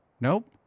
Nope